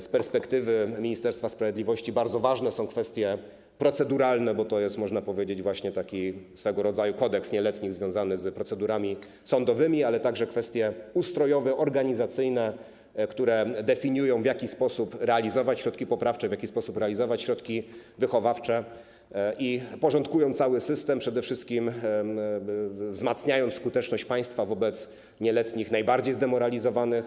Z perspektywy Ministerstwa Sprawiedliwości bardzo ważne są kwestie proceduralne, bo to jest, można powiedzieć, właśnie taki swego rodzaju kodeks nieletnich związany z procedurami sądowymi, ale także kwestie ustrojowe, organizacyjne, które definiują, w jaki sposób realizować środki poprawcze, w jaki sposób realizować środki wychowawcze, i porządkują cały system, przede wszystkim wzmacniają skuteczność państwa wobec nieletnich najbardziej zdemoralizowanych.